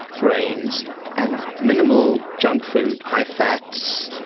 grains and minimal junk food, high fats,